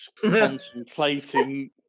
contemplating